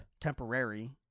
Temporary